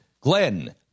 Glenn